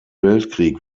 weltkrieg